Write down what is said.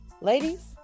Ladies